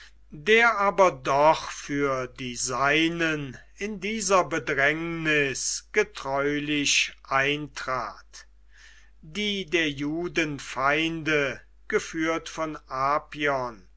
der aber doch für die seinen in dieser bedrängnis getreulich eintrat die der judenfeinde geführt von apion